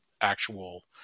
actual